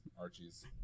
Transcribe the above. archie's